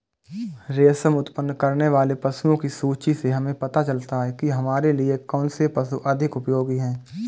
रेशम उत्पन्न करने वाले पशुओं की सूची से हमें पता चलता है कि हमारे लिए कौन से पशु अधिक उपयोगी हैं